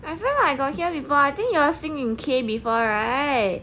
I feel like I got hear before I think y'all sing in K before right